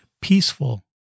peaceful